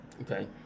Okay